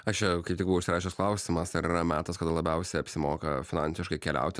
aš čia kaip tik buvau užsirašęs klausimas ar yra metas kada labiausiai apsimoka finansiškai keliauti